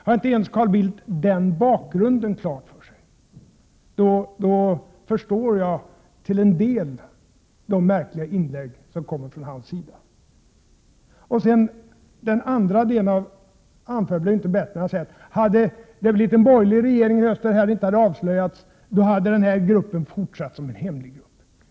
Har Carl Bildt inte ens denna bakgrund klar för sig, då förstår jag till en del de märkliga inlägg som kommer från hans sida. Och den andra delen av anförandet blev inte bättre, när Carl Bildt sade att om det skulle bli en borgerlig regering i höst och det här inte hade avslöjats, då hade denna grupp fortsatt som en hemlig grupp.